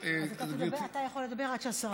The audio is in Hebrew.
אז אתה יכול לדבר עד שהשרה תגיע.